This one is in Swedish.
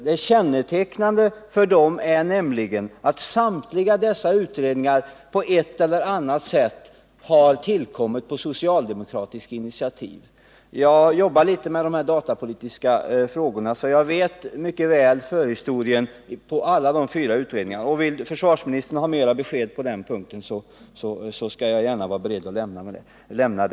Det kännetecknande för dem är nämligen att samtliga på eu eller annat sätt tillkommit på socialdemokratiskt initiativ. Jag sysslar litet med de här datapolitiska frågorna, så jag känner mycket väl till förhistorien till alla dessa fyra utredningar. Vill föl arsministern ha ytterligare besked när det gäller dem, gärna lämna det.